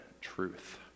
truth